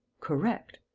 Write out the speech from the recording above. correct!